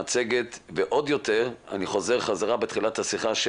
אני חוזר חזרה לתחילת השיחה,